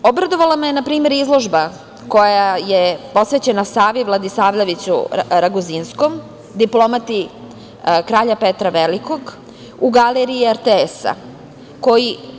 Obradovala me je na primer izložba koja je posvećena Savi Vladisavljeviću Raguzinskom, diplomati kralja Petra Velikog u Galeriji RTS-a.